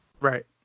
right